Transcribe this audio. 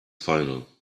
final